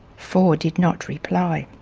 four did not reply.